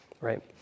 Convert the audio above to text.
right